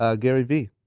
ah gary vee.